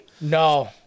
No